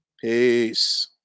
Peace